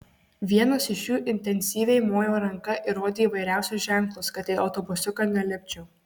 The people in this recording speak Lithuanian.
vienas iš jų intensyviai mojo ranka ir rodė įvairiausius ženklus kad į autobusiuką nelipčiau